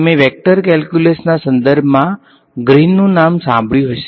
તમે વેક્ટર કેલ્ક્યુલસના સંદર્ભમાં ગ્રીનનું નામ સાંભળ્યું હશે